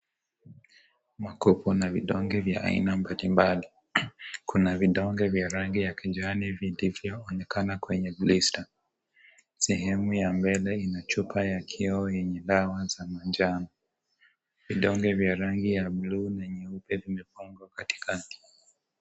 Makoko na Vidonge vya aina mbalimbali kuna vidonge inaonekana kwenye bluster inaonekana chupa ya vioo yenye madawa za manjano vidonge vya rangi ya blue na nyeupe vimepangwa katikati.